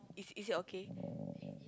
is it okay